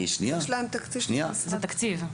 זה תקציב.